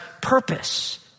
purpose